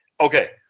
Okay